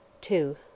Two